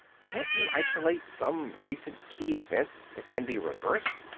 can't you isolate some recent key events that can be reversed?